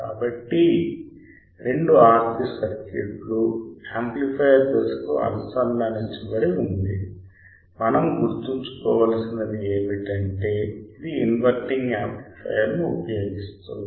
కాబట్టి రెండు RC circuit లు యాంప్లిఫయర్ దశకు అనుసంధానించబడి ఉంది మనం గుర్తుంచుకోవలసినది ఏమిటంటే ఇది ఇన్వర్టింగ్ యాంప్లిఫయర్ను ఉపయోగిస్తుంది